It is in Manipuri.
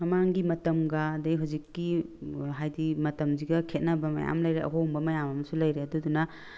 ꯃꯃꯥꯡꯒꯤ ꯃꯇꯝꯒ ꯑꯗꯒꯤ ꯍꯧꯖꯤꯛꯀꯤ ꯍꯥꯏꯕꯗꯤ ꯃꯇꯝꯁꯤꯒ ꯈꯦꯠꯅꯕ ꯃꯌꯥꯝ ꯂꯩꯔꯦ ꯑꯍꯣꯡꯕ ꯃꯌꯥꯝ ꯑꯃꯁꯨ ꯂꯩꯔꯦ ꯑꯗꯨꯗꯨꯅ